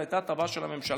זאת הייתה הטבה של הממשלה,